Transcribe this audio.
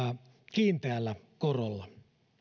kiinteällä korolla